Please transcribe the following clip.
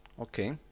okay